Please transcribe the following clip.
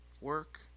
work